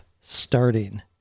starting